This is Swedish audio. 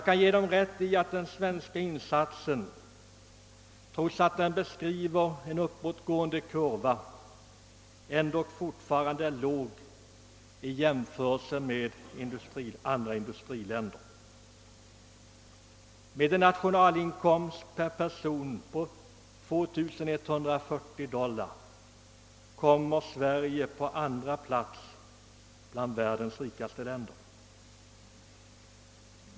Jag ger dem rätt i att den svenska insatsen, trots att den beskriver en uppåtgående kurva, fortfarande är för låg i jämförelse med andra industriländers. Med en nationalinkomst av 2 140 dollar per person kommer Sverige på andra plats bland världens rikaste länder.